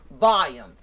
Volume